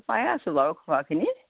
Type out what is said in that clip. খোৱাই আছো বাৰু খোৱা খিনি